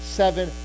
seven